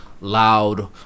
loud